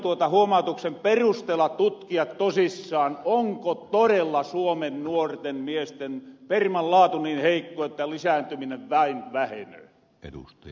sihiron huomautuksen perusteella tutkia tosissaan onko todella suomen nuorten miesten perman laatu niin heikko että lisääntyminen vain vähenöö